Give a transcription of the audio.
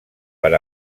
per